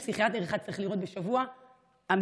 פסיכיאטר אחד צריך לראות בשבוע 120 אנשים?